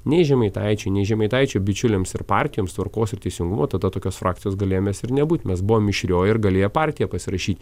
nei žemaitaičiui nei žemaitaičio bičiuliams ir partijoms tvarkos ir teisingumo tada tokios frakcijos galėjom mes ir nebūt mes buvom mišrioji ir galėjo partija pasirašyt